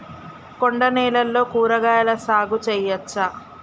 కొండ నేలల్లో కూరగాయల సాగు చేయచ్చా?